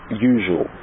usual